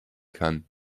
kann